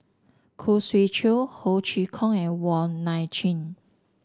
Khoo Swee Chiow Ho Chee Kong and Wong Nai Chin